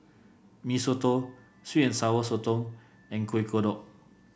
Mee Soto sweet and Sour Sotong and Kuih Kodok